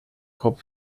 cop